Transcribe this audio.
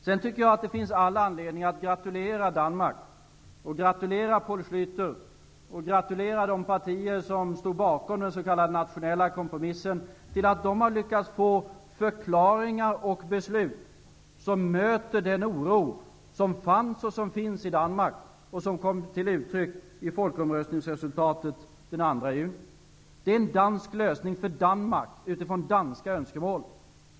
Jag tycker att det finns all anledning att gratulera Danmark, Poul Schlüter och de partier som står bakom den s.k. nationella kompromissen till att man har lyckats få förklaringar och beslut som möter den oro som fanns och finns i Danmark och som kom till uttryck i folkomröstningsresultatet den 2 juni. Det är en dansk lösning för Danmark utifrån danska önskemål.